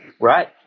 Right